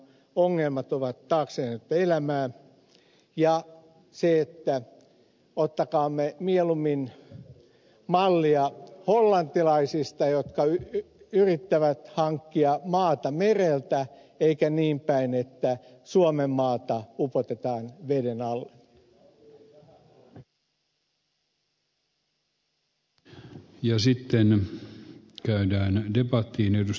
nämä säätövoimaongelmat ovat taakse jäänyttä elämää ja ottakaamme mieluummin mallia hollantilaisista jotka yrittävät hankkia maata mereltä eikä niinpäin että suomenmaata upotetaan veden alle